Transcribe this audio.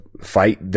fight